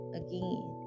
again